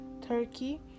turkey